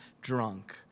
drunk